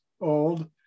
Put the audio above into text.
old